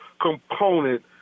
component